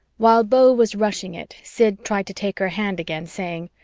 while beau was rushing it, sid tried to take her hand again, saying,